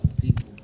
people